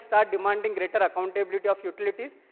start demanding greater accountability of utilities,